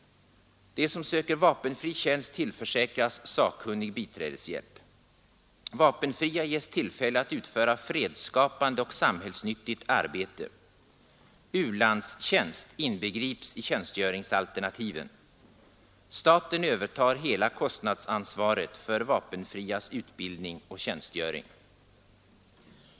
De som söker vapenfri tjänst tillförsäkras sakkunnig biträdeshjälp. Vapenfria ges tillfälle att utföra fredsskapande och samhällsnyttigt arbete. U-landstjänst inbegrips i tjänstgöringsalternativen. Staten övertar hela kostnadsansvaret för vapenfrias utbildning och tjänstgöring.